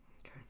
Okay